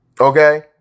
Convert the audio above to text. okay